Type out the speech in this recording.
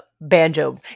banjo